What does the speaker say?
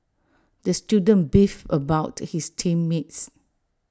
the student beefed about his team mates